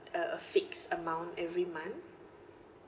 a a fixed amount every month